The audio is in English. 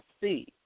see